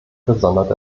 gesondert